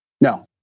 No